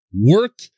Work